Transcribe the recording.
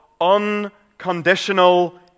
unconditional